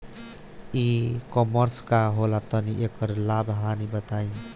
ई कॉमर्स का होला तनि एकर लाभ हानि बताई?